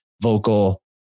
vocal